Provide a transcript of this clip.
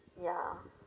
ya